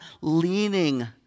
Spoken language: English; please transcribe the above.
leaning